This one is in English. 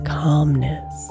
calmness